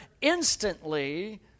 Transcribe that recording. instantly